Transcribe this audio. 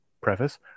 preface